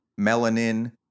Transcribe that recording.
melanin